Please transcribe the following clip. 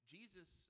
Jesus